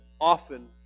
often